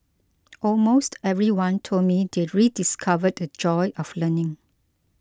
almost everyone told me they rediscovered the joy of learning